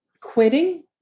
quitting